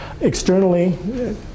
Externally